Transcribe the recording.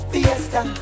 Fiesta